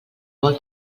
vol